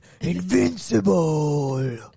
invincible